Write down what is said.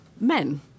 men